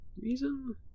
reason